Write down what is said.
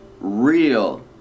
real